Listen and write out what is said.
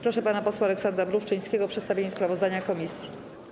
Proszę pana posła Aleksandra Mrówczyńskiego o przedstawienie sprawozdania komisji.